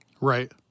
Right